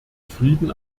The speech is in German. frieden